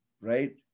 right